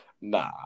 nah